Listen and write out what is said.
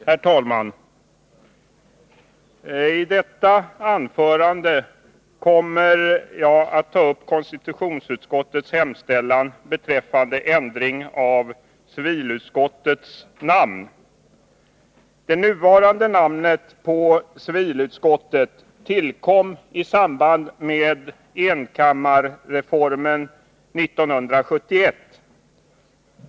Herr talman! I detta anförande kommer jag att ta upp konstitutionsutskottets hemställan beträffande ändring av civilutskottets namn. Nuvarande namnet på civilutskottet tillkom i samband med enkammarreformen år 1971.